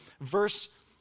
Verse